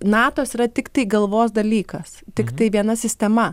natos yra tiktai galvos dalykas tiktai viena sistema